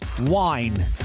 wine